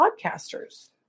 podcasters